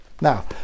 Now